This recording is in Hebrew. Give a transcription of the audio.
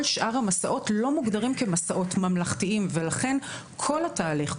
כל שאר המסעות לא מוגדרים כמסעות ממלכתיים ולכן כל התהליך,